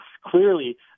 clearly